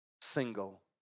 single